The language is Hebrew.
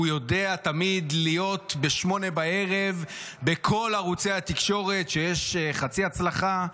הוא יודע תמיד להיות ב-20:00 בכל ערוצי התקשורת כשיש חצי הצלחה,